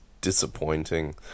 disappointing